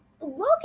look